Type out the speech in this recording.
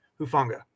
Hufanga